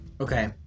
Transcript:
Okay